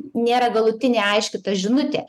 nėra galutinė aiški ta žinutė